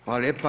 Hvala lijepa.